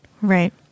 right